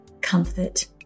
comfort